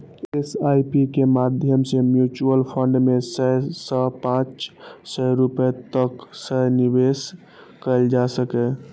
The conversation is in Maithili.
एस.आई.पी के माध्यम सं म्यूचुअल फंड मे सय सं पांच सय रुपैया तक सं निवेश कैल जा सकैए